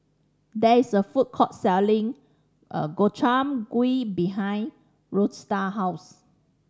there is a food court selling Gobchang Gui behind Rhoda house